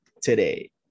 today